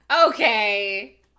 Okay